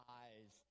eyes